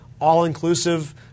all-inclusive